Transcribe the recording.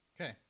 Okay